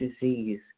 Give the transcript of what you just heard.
disease